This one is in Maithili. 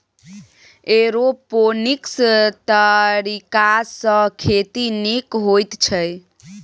एरोपोनिक्स तरीकासँ खेती नीक होइत छै